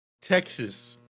Texas